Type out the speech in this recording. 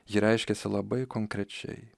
ji reiškiasi labai konkrečiai